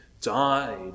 died